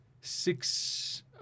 six –